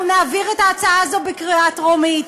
נעביר את ההצעה הזאת בקריאה טרומית,